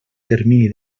termini